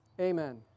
Amen